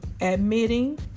admitting